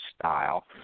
style